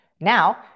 Now